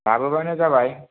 लाबोबानो जाबाय